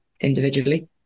individually